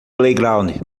playground